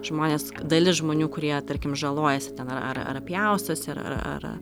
žmonės dalis žmonių kurie tarkim žalojasi ten ar ar pjaustosi ar ar